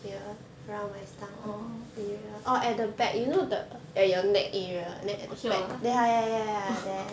orh orh here ah